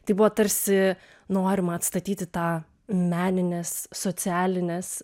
tai buvo tarsi norima atstatyti tą meninės socialinės